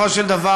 בסופו של דבר,